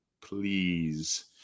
please